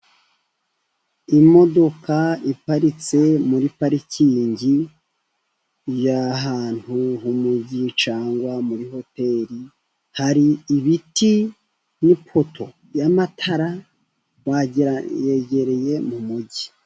Imodoka iparitse muri parikingi, irahantu h’umujyi cyangwa muri hoteri. Hari ibiti n’ipoto y’amatara, wagira yegereye mu mujyi.